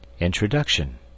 INTRODUCTION